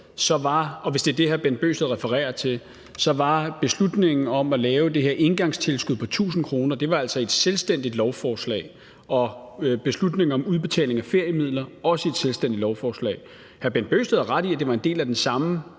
– hvis det er det, hr. Bent Bøgsted refererer til – som om beslutningen om at lave det her engangstilskud på 1.000 kr. altså var i et selvstændigt lovforslag, og at beslutningen om udbetaling af feriemidler også var i et selvstændigt lovforslag. Hr. Bent Bøgsted har ret i, at det var en del af den samme